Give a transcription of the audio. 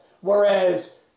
Whereas